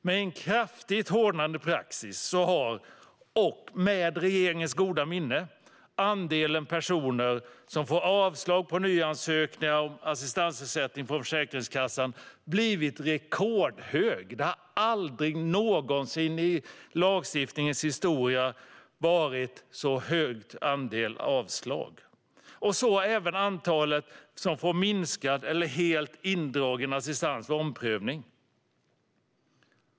Med en kraftigt hårdnande praxis, och med regeringens goda minne, har andelen personer som får avslag på nyansökningar om assistansersättning från Försäkringskassan blivit rekordhög. Det har aldrig någonsin i lagstiftningens historia varit så hög andel avslag. Det gäller även antalet som får minskad eller helt indragen assistans vid omprövning.